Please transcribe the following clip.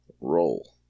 Roll